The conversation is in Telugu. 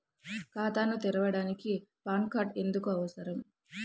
ఖాతాను తెరవడానికి పాన్ కార్డు ఎందుకు అవసరము?